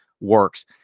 works